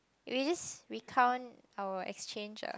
eh we just we count our exchange ah